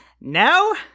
No